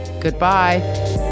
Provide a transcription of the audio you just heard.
Goodbye